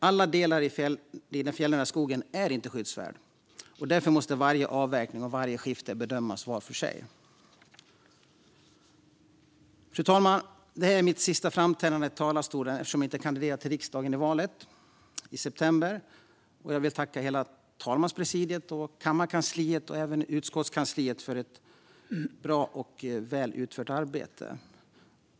Alla delar i den fjällnära skogen är inte skyddsvärda, och därför måste varje avverkning och varje skifte bedömas för sig. Fru talman! Detta är mitt sista framträdande i talarstolen eftersom jag inte kandiderar till riksdagen i valet i september. Jag vill tacka hela talmanspresidiet, kammarkansliet och utskottskansliet för ett bra och väl utfört arbete.